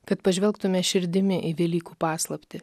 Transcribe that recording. kad pažvelgtume širdimi į velykų paslaptį